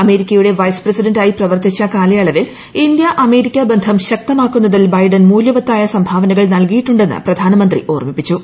അമേരിക്കയുടെ vice president ആയി പ്രവർത്തിച്ച കാലയളവിൽ ഇന്ത്യ അമേരിക്ക ബന്ധം ശക്തമാക്കുന്നതിൽ ബൈഡൻ മൂല്യവത്തായ സംഭാവനകൾ നൽകിയിട്ടുണ്ടെന്ന് പ്രധാനമന്ത്രി ഓർമിച്ചു